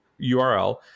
URL